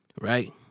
Right